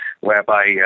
whereby